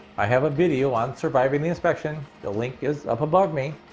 i have a video on surviving the inspection, the link is up above me.